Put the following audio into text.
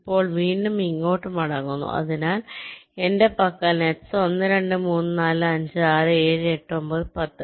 ഇപ്പോൾ വീണ്ടും ഇങ്ങോട്ട് മടങ്ങുന്നു അതിനാൽ എന്റെ പക്കൽ നെറ്റ്സ് 1 2 3 4 5 6 7 8 9 10